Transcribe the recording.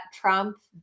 Trump